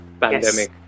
pandemic